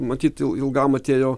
matyt il ilgam atėjo